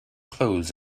clothes